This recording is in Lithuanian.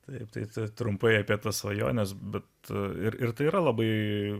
taip taip trumpai apie tas svajones bet ir tai yra labai